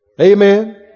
Amen